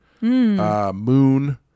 Moon